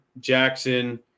Jackson